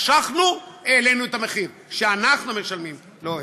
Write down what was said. משכנו, העלינו את המחיר שאנחנו משלמים, לא הם.